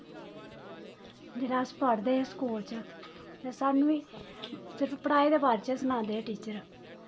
जिसलै अस पढ़दे हे स्कूल च ते साह्नू सिर्फ पढ़ाई दे बारे च सनांदे हे टीचर